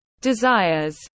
desires